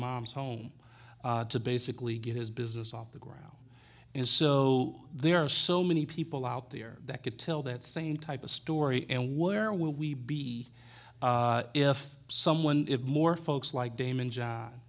mom's home to basically get his business off the ground and so there are so many people out there that could tell that same type of story and where will we be if someone if more folks like damon john